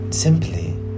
simply